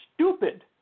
stupid